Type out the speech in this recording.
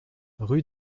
rue